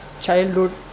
childhood